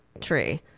tree